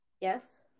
Yes